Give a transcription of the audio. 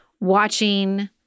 watching